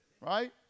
right